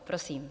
Prosím.